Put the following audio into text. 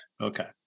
Okay